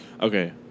Okay